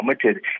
committed